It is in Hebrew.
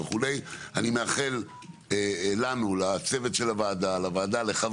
שלום לכולם, אני מתכבד לפתוח את ישיבת הוועדה.